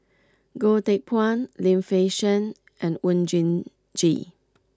Goh Teck Phuan Lim Fei Shen and Oon Jin Gee